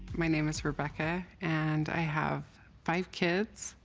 my name is rebecca and i have five kids.